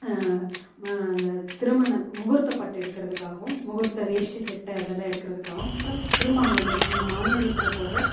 அந்த திருமண முகூர்த்தப் பட்டு எடுக்கிறதுக்காகவும் முகூர்த்த வேஷ்டி சட்டை அதெல்லாம் எடுக்கிறதுக்காகவும் அப்புறம் திருமாங்கல்யம் அந்த மாங்கல்யத்தில் போடுகிற